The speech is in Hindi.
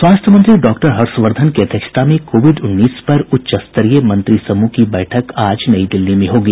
स्वास्थ्य मंत्री डॉक्टर हर्षवर्धन की अध्यक्षता में कोविड उन्नीस पर उच्च स्तरीय मंत्रिसमूह की बैठक आज नई दिल्ली में होगी